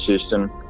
system